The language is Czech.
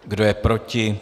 Kdo je proti?